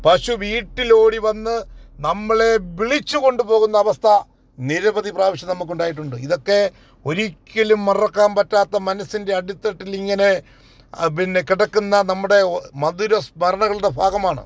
പശു വീട്ടിൽ ഓടി വന്ന് നമ്മളെ വിളിച്ചുകൊണ്ടുപോകുന്ന അവസ്ഥ നിരവധി പ്രാവശ്യം നമുക്ക് ഉണ്ടായിട്ടുണ്ട് ഇതൊക്കെ ഒരിക്കലും മറക്കാൻ പറ്റാത്ത മനസ്സിൻ്റെ അടിത്തട്ടിൽ ഇങ്ങനെ പിന്നെ കിടക്കുന്ന നമ്മുടെ മധുരസ്മരണകളുടെ ഭാഗമാണ്